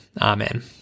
Amen